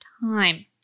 time